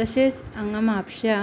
तशेंच हांगां म्हापशां